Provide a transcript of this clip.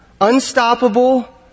unstoppable